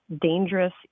dangerous